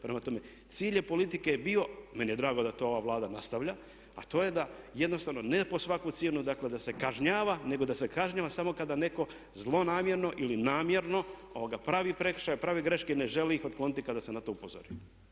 Prema tome, cilj politike je bio, meni je drago da to ova Vlada nastavlja, a to je da jednostavno, ne pod svaku cijenu, dakle da se kažnjava, nego da se kažnjava samo kada netko zlonamjerno ili namjerno pravi prekršaj, pravi greške i ne želi ih otkloniti kada se na to upozori.